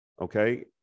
Okay